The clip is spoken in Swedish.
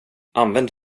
använd